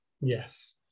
yes